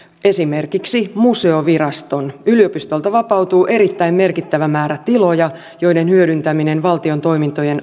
esimerkiksi museoviraston yliopistolta vapautuu erittäin merkittävä määrä tiloja joiden hyödyntäminen valtion toimintojen